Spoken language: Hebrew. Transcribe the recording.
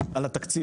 על התקציב,